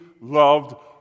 loved